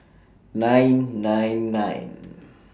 nine nine nine